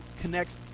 connects